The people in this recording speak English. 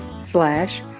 slash